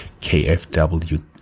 KFW